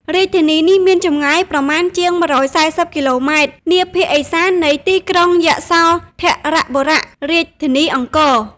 រាជធានីនេះមានចម្ងាយប្រមាណជា ១៤០ គីឡូម៉ែត្រ នាភាគឦសាននៃទីក្រុងយសោធរបុរៈ (រាជធានីអង្គរ)។